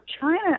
China